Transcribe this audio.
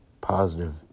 positive